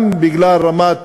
גם בגלל רמת